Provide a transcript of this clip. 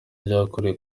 ryakorewe